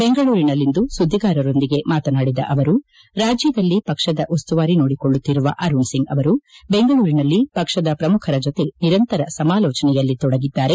ಬೆಂಗಳೂರಿನಲ್ಲಿಂದು ಸುದ್ದಿಗಾರರೊಂದಿಗೆ ಮಾತನಾಡಿದ ಅವರು ರಾಜ್ಯದಲ್ಲಿ ಪಕ್ಷದ ಉಸ್ತುವಾರಿ ನೋಡಿಕೊಳ್ಳುತ್ತಿರುವ ಅರುಣ್ ಸಿಂಗ್ ಅವರು ಬೆಂಗಳೂರಿನಲ್ಲಿ ಪಕ್ಷದ ಪ್ರಮುಖರ ಜೊತೆ ನಿರಂತರ ಸಮಾಲೋಚನೆಯಲ್ಲಿ ತೊಡಗಿದ್ದಾರೆ